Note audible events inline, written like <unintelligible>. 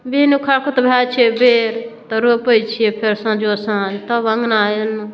<unintelligible> भए जाइ छै बेर तऽ रोपै छियै फेर साँझो साँझ तब अँगना एलहुँ